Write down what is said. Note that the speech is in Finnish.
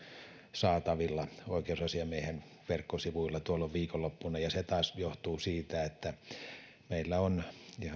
saatavilla oikeusasiamiehen verkkosivuilla tuolloin viikonloppuna se taas johtuu siitä että meillä on ihan